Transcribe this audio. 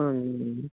ਹਾਂਜੀ